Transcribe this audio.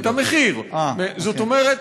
את המחיר, זאת אומרת,